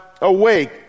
awake